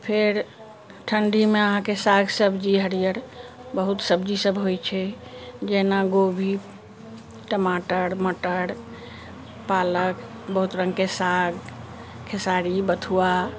फेर ठण्डीमे अहाँके साग सब्जी हरियर बहुत सब्जी सभ होइ छै जेना गोभी टमाटर मटर पालक बहुत रङ्गके साग खेसारी बथुआ